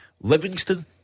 Livingston